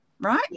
right